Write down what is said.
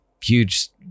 huge